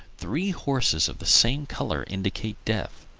three horses of the same color indicate death,